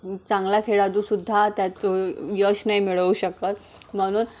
चांगला खेळाडूसुद्धा त्याचो यश नाही मिळवू शकत म्हणून